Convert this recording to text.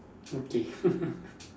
okay